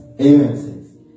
Amen